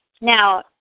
Now